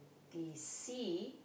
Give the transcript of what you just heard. the sea